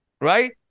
right